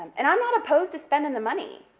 and i'm not opposed to spending the money,